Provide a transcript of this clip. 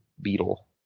beetle